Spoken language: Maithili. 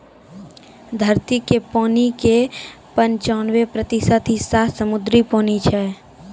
धरती के पानी के पंचानवे प्रतिशत हिस्सा समुद्री पानी छै